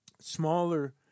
smaller